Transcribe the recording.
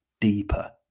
deeper